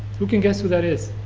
who can guess who that is?